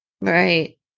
Right